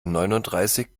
neunundreißig